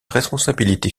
responsabilité